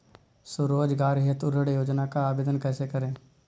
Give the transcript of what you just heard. स्वरोजगार हेतु ऋण योजना का आवेदन कैसे करें?